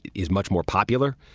is much more popular.